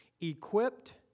equipped